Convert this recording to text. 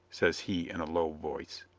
says he in a low voice.